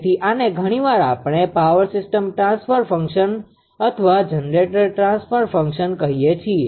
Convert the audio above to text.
તેથી આને ઘણી વાર આપણે પાવર સીસ્ટમ ટ્રાન્સફર ફંક્શન અથવા જનરેટર ટ્રાન્સફર ફંક્શન કહીએ છીએ